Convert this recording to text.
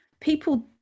People